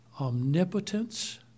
omnipotence